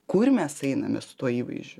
kur mes einame su tuo įvaizdžiu